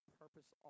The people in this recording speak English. purpose